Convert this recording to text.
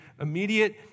immediate